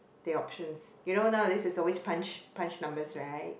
the options you know now this is always punch punch numbers right